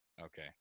Okay